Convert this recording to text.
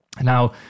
Now